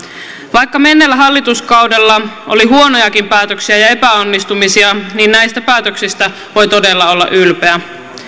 vaikka menneellä hallituskaudella oli huonojakin päätöksiä ja epäonnistumisia niin näistä päätöksistä voi todella olla ylpeä